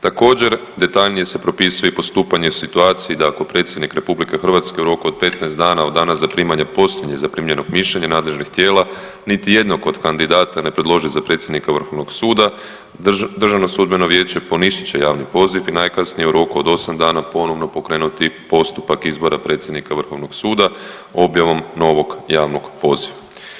Također detaljnije se propisuje i postupanje u situaciji da ako predsjednik RH u roku od 15 dana od dana zaprimanja posljednjeg zaprimljenog mišljenja nadležnih tijela niti jednog od kandidata ne predloži za predsjednika vrhovnog suda DSV poništit će javni poziv i najkasnije u roku od 8 dana ponovno pokrenuti postupak izbora predsjednika vrhovnog suda objavom novog javnog poziva.